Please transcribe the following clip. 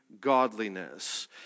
godliness